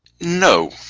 no